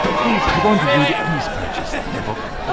please, if you're going to read it, please purchase the book.